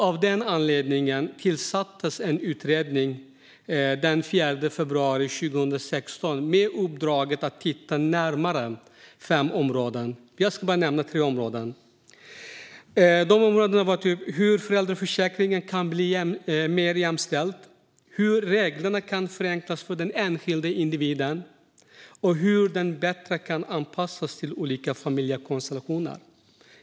Av den anledningen tillsattes en utredning den 4 februari 2016 med uppdraget att titta närmare på fem områden, och jag ska nämna tre: hur föräldraförsäkringen kan bli mer jämställd, hur reglerna kan förenklas för den enskilde individen och hur föräldraförsäkringen bättre kan anpassas till olika familjekonstellationer.